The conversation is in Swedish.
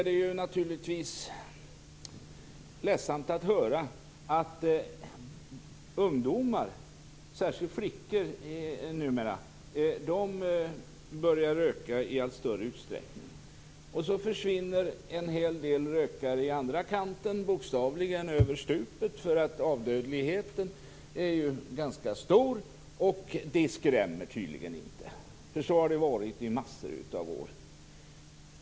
Det är naturligtvis ledsamt att höra att ungdomar, särskilt flickor numera, börjar röka i allt större utsträckning. Och så försvinner en hel del rökare i andra kanten. De går bokstavligen över stupet. Dödligheten är ju ganska stor. Men det skrämmer tydligen inte, för så har det varit i massor av år.